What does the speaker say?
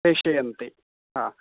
प्रेषयन्ति ह